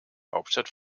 hauptstadt